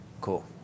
Cool